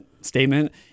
statement